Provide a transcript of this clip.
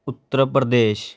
Uttar Pradesh